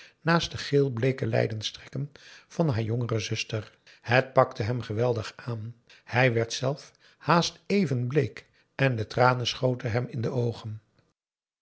naast de geelbleeke lijdenstrekken van haar jongere zuster het pakte hem geweldig aan hij werd zelf haast even bleek en de tranen schoten hem in de oogen